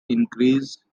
increase